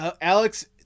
Alex